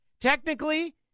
Technically